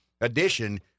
Addition